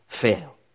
fail